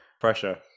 Pressure